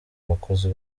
bakozi